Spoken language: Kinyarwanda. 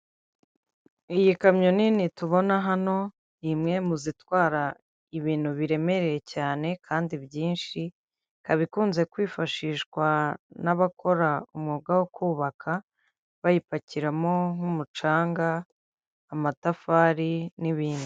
Iyi kamyo nini tubona hano, ni imwe mu zitwara ibintu biremereye cyane kandi byinshi, ikaba ikunze kwifashishwa n'abakora umwuga wo kubaka, bayipakiramo nk'umucanga, amatafari n'ibindi.